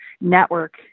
network